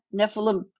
Nephilim